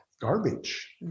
garbage